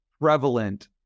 prevalent